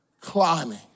climbing